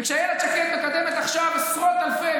ואילת שקד מקדמת עכשיו עשרות אלפי,